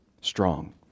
strong